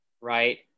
right